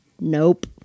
Nope